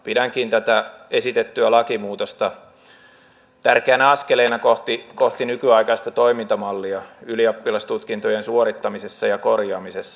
pidänkin tätä esitettyä lakimuutosta tärkeänä askeleena kohti nykyaikaista toimintamallia ylioppilastutkintojen suorittamisessa ja korjaamisessa